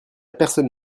personne